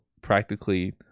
practically